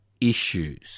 issues